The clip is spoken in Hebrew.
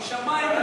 משמים,